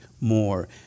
more